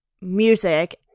music